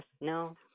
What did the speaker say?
No